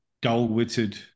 dull-witted